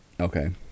Okay